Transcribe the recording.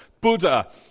Buddha